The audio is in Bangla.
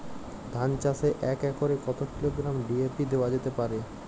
ধান চাষে এক একরে কত কিলোগ্রাম ডি.এ.পি দেওয়া যেতে পারে?